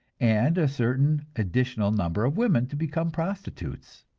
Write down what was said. and a certain additional number of women to become prostitutes.